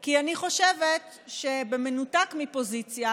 כי אני חושבת שבמנותק מפוזיציה,